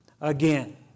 again